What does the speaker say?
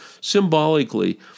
symbolically